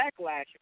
Backlash